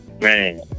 man